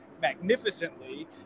magnificently